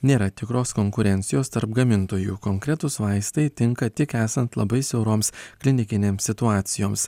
nėra tikros konkurencijos tarp gamintojų konkretūs vaistai tinka tik esant labai siauroms klinikinėms situacijoms